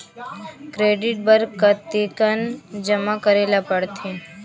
Credit बर कतेकन जमा करे ल पड़थे?